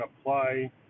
apply